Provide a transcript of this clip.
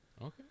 Okay